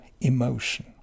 emotion